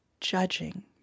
judging